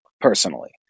personally